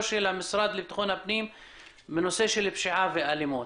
של המשרד לביטחון הפנים בנושא של פשיעה ואלימות.